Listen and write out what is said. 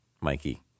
Mikey